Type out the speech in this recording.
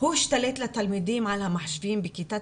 הוא השתלט לתלמידים על המחשבים בכיתת